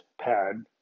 pad